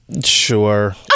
sure